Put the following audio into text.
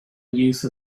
use